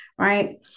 right